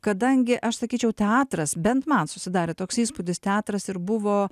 kadangi aš sakyčiau teatras bent man susidarė toks įspūdis teatras ir buvo